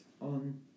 on